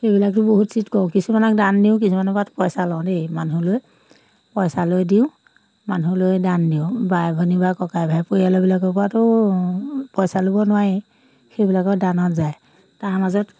সেইবিলাকতো বহুত চিট কৰোঁ কিছুমানক দান দিওঁ কিছুমানৰ পৰা পইচা লওঁ দেই মানুহলৈ পইচালৈ দিওঁ মানুহলৈ দান দিওঁ বাই ভনী বা ককাই ভাই পৰিয়ালবিলাকৰ পৰাটো পইচা ল'ব নোৱাৰি সেইবিলাকৰ দানত যায় তাৰ মাজত